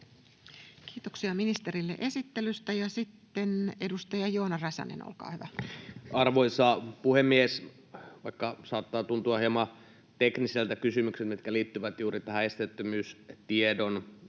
Kiitoksia ministerille esittelystä. — Ja sitten edustaja Joona Räsänen, olkaa hyvä. Arvoisa puhemies! Vaikka saattavat tuntua hieman teknisiltä kysymyksiltä nämä, mitkä liittyvät juuri tähän esteettömyystiedon